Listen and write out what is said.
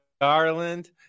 Garland